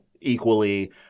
equally